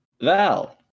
Val